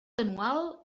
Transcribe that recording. anual